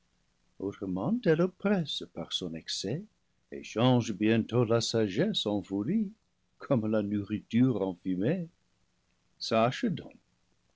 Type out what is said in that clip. elle oppresse par son excès et change bientôt la sagesse en folie comme la nourriture en fumée sache donc